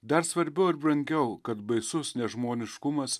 dar svarbiau ir brangiau kad baisus nežmoniškumas